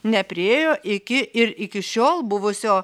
nepriėjo iki ir iki šiol buvusio